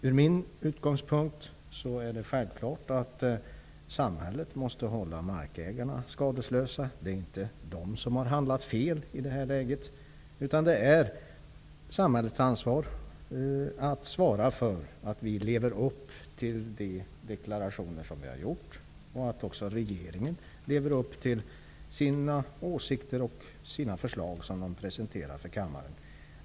Från min utgångspunkt är det självklart att samhället måste hålla markägarna skadeslösa. Det är inte de som har handlat fel i det här läget. Det är samhällets ansvar att se till att vi lever upp till de deklarationer som vi har gjort, och regeringen bör också leva upp till sina förslag som den presenterat i kammaren.